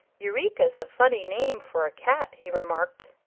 eureka's a funny name for a cat, he remarked.